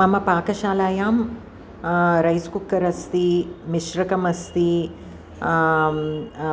मम पाकशालायां rice cooker अस्ति मिश्रकमस्ति